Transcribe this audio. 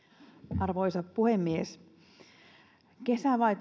arvoisa puhemies kesä vai